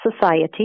society